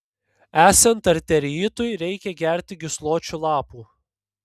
esant arteriitui reikia gerti gysločių lapų